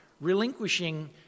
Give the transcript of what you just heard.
relinquishing